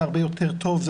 זה הרבה יותר טוב,